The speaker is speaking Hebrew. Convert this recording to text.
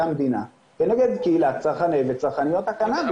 המדינה כנגד קהילת צרכני וצרכניות הקנאביס.